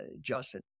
Justin